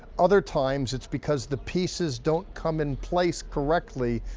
other times it's because the pieces don't come in place correctly.